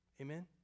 Amen